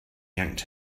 yanked